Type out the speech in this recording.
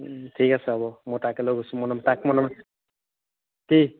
ঠিক আছে হ'ব মই তাকে লৈ গৈছো মই তাক মানে মই কি